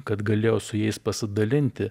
kad galėjau su jais pasidalinti